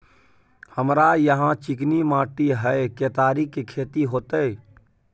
हमरा यहाँ चिकनी माटी हय केतारी के खेती होते?